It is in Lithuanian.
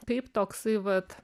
kaip toksai vat